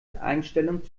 einstellung